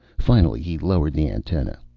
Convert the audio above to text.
finally he lowered the antenna.